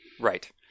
Right